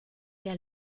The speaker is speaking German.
der